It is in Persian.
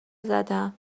زدم